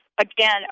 again